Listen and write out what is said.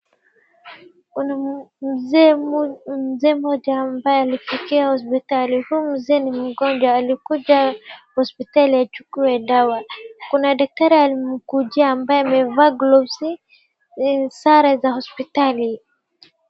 Kuna mzee mmoja ambaye alipitia hospitali ,huyu mzee ni mgonjwa alikuja hospitali achukue dawa kuna daktari amekujia ambaye amevaa glovsi na sare za hospitali.